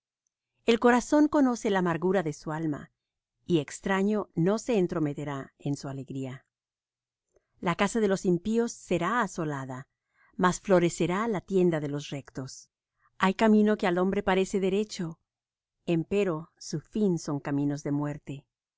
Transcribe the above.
el corazón conoce la amargura de su alma y extraño no se entrometerá en su alegría la casa de los impíos será asolada mas florecerá la tienda de los rectos hay camino que al hombre parece derecho empero su fin son caminos de muerte